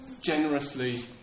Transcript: generously